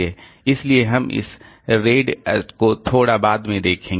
इसलिए हम इस RAID को थोड़ा बाद में देखेंगे